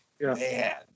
Man